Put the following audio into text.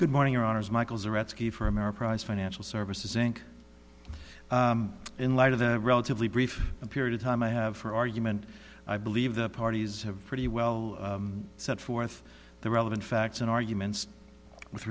good morning your honor as michael zaretsky for ameriprise financial services inc in light of the relatively brief period of time i have for argument i believe the parties have pretty well set forth the relevant facts and arguments with